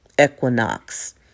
equinox